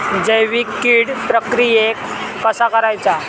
जैविक कीड प्रक्रियेक कसा करायचा?